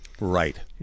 Right